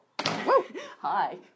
Hi